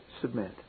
submit